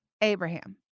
Abraham